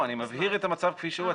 אני מבהיר את המצב כפי שהוא,